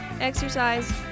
exercise